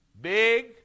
Big